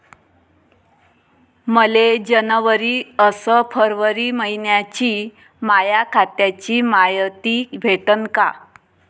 मले जनवरी अस फरवरी मइन्याची माया खात्याची मायती भेटन का?